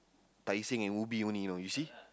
Tai-Seng and Ubi only you know you see